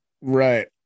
Right